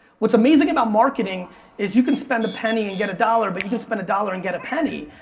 what's amazing about marketing is you can spend a penny and get a dollar but you can spend a dollar and get a penny.